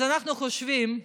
אז אנחנו חושבים,